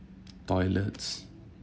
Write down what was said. toilets